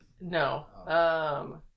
No